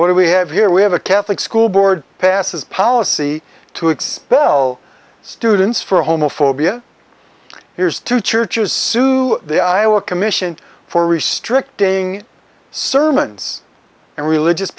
what do we have here we have a catholic school board passes policy to expel students for homophobia here's two churches sue the iowa commission for restricting sermons and religious